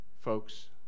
Folks